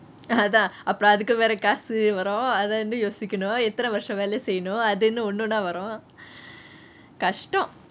அதான் அப்புறம் அதுக்கு காசு வரும் அத வந்து யோசிக்கணும் எத்தனை வருஷம் வேலை செய்யணும் அது என்ன ஒன்னொன்னா வரும் கஷ்ட்டம்:athaan apurom athuku kaasu varum athey vanthu yosikenum yethnai varusham velai seiyanum athu enna onnonna varum kashtam